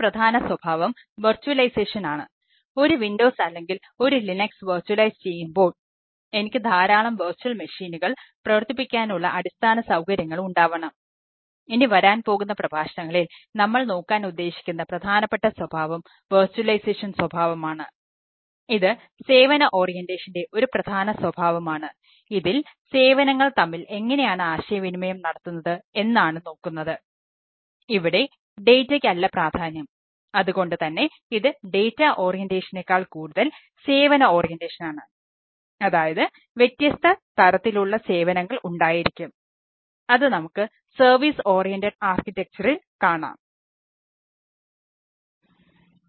ഒരു പ്രധാന സ്വഭാവം വർച്ചുവലൈസേഷൻ കാണാം